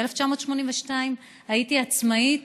ב-1982 הייתי עצמאית,